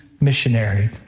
missionary